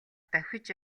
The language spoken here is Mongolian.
давхиж